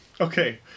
Okay